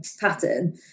pattern